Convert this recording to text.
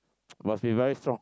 must be very strong